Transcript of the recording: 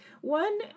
One